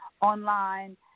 online